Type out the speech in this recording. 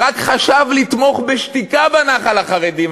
שרק חשב לתמוך בשתיקה בנח"ל החרדי,